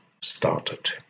started